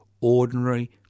ordinary